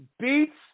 beats